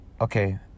okay